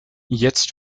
jetzt